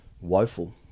woeful